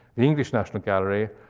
the english national gallery,